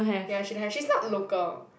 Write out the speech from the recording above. ya she don't have she's not local